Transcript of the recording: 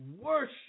worship